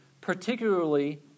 particularly